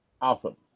Awesome